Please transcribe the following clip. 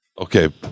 Okay